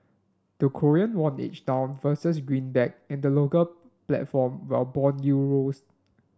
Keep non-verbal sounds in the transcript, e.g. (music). the Korean won edged down versus greenback in the local platform while bond (unintelligible)